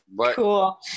Cool